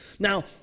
Now